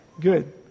Good